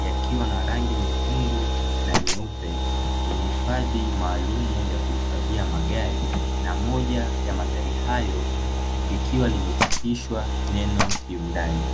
yakiwa na rangi nyekundu na nyeupe, kwenye hifadhi maalumu ya kuhifadhia magari na moja ya magari hayo, likiwa limechapishwa neno HYUNDAI.